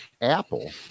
Apple